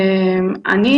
אני